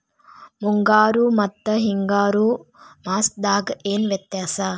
ಮುಂಗಾರು ಮತ್ತ ಹಿಂಗಾರು ಮಾಸದಾಗ ಏನ್ ವ್ಯತ್ಯಾಸ?